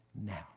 now